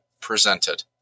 presented